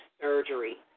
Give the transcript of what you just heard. surgery